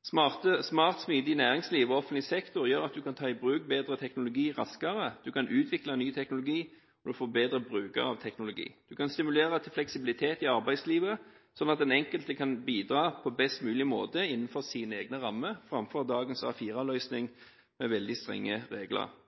Et smart og smidig næringsliv og en ditto offentlig sektor gjør at en kan ta i bruk bedre teknologi raskere, en kan utvikle ny teknologi, og en får bedre brukere av teknologi. En kan stimulere til fleksibilitet i arbeidslivet, sånn at den enkelte kan bidra på best mulig måte innenfor sine egne rammer, framfor dagens A4-løsning med veldig strenge regler.